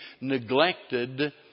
neglected